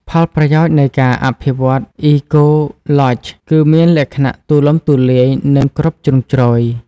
ផលប្រយោជន៍នៃការអភិវឌ្ឍ Eco-Lodge គឺមានលក្ខណៈទូលំទូលាយនិងគ្រប់ជ្រុងជ្រោយ។